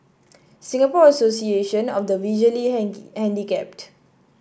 Singapore Association of the Visually Handicapped